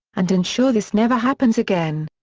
and ensure this never happens again.